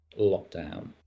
lockdown